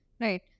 Right